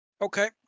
Okay